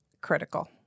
critical